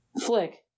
Flick